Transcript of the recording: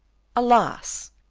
alas!